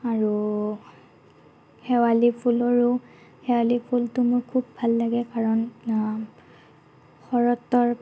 আৰু শেৱালি ফুলো ৰুওঁ শেৱালি ফুলটো মোৰ খুব ভাল লাগে কাৰণ শৰতৰ